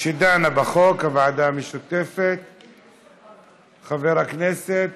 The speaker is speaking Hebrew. המשותפת שדנה בחוק, חבר הכנסת